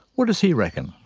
what does he reckon?